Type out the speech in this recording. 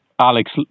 Alex